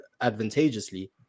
advantageously